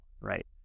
right